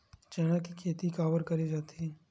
चना के खेती काबर करे जाथे?